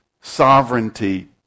sovereignty